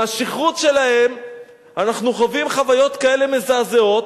מהשכרות שלהם אנחנו חווים חוויות כאלה מזעזעות,